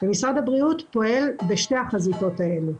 משרד הבריאות פועל בשתי החזיתות האלה: